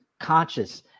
conscious